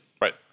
Right